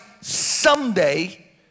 someday